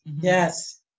Yes